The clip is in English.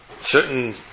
certain